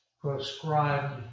prescribed